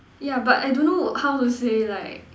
yeah but I don't know how to say like